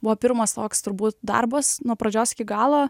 buvo pirmas toks turbūt darbas nuo pradžios iki galo